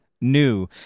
New